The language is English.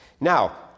Now